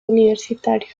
universitarios